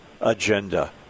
agenda